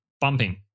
bumping